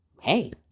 hey